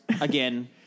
again